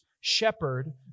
shepherd